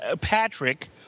Patrick